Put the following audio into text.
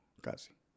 Casi